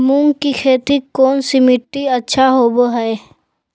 मूंग की खेती कौन सी मिट्टी अच्छा होबो हाय?